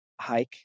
hike